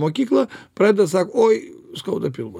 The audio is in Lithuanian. mokyklą pradeda sako oi skauda pilvą